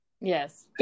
Yes